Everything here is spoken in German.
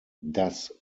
das